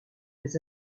des